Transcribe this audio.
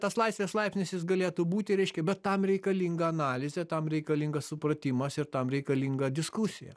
tas laisvės laipsnis jis galėtų būti reiškia bet tam reikalinga analizė tam reikalingas supratimas ir tam reikalinga diskusija